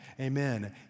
amen